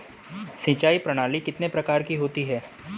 सिंचाई प्रणाली कितने प्रकार की होती हैं?